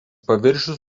paviršius